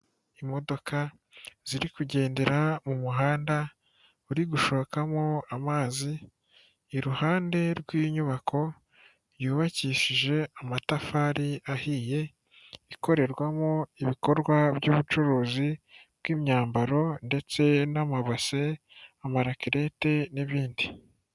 Imodoka ziri kugendera mu muhanda uri gushokamo amazi, iruhande rw'inyubako yubakishije amatafari ahiye, ikorerwamo ibikorwa by'ubucuruzi bw'imyambaro ndetse n'amabase, amarakarete n'ibindi.